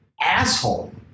asshole